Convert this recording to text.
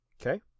Okay